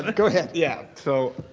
ah go ahead. yeah so,